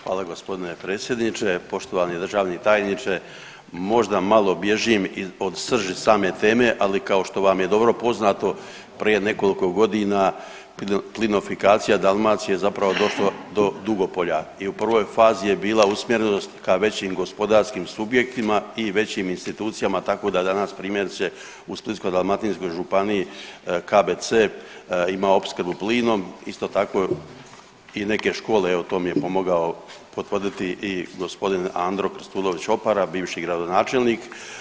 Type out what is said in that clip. Hvala g. predsjedniče, poštovani državni tajniče, možda malo bježim od srži same teme, ali kao što vam je dobro poznato, prije nekoliko godina plinofikacija Dalmacije je zapravo došlo do Dugopolja i u prvoj fazi je bila usmjerenost ka većim gospodarskim subjektima i većim institucijama, tako da danas primjerice u Splitsko-dalmatinskoj županiji KBC ima opskrbu plinom, isto tako i neke škole, evo, to mi je pomogao potvrditi i g. Andro Krstulović Opara, bivši gradonačelnik.